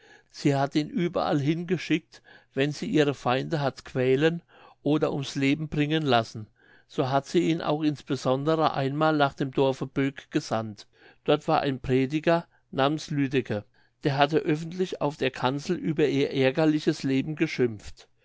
sie hat ihn überall hingeschickt wenn sie ihre feinde hat quälen oder ums leben bringen lassen so hat sie ihn auch insbesondere einmal nach dem dorfe boek gesandt dort war ein prediger namens lüdeke der hatte öffentlich auf der kanzel über ihr ärgerliches leben geschimpft